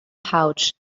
pouch